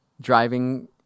driving